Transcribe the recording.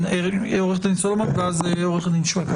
עו"ד סלומון, ואז עו"ד שויקה.